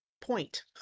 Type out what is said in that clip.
point